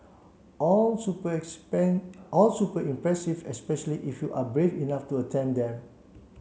all super all super impressive especially if you are brave enough to attempt them